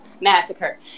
Massacre